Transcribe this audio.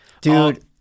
dude